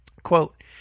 Quote